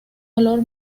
olor